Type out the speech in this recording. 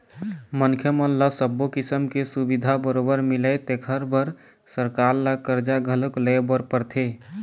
मनखे मन ल सब्बो किसम के सुबिधा बरोबर मिलय तेखर बर सरकार ल करजा घलोक लेय बर परथे